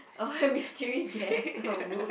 oh my mystery guess oh whoops